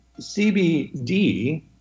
CBD